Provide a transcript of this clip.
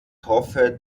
hoffe